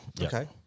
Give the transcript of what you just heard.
okay